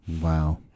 Wow